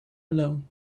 alone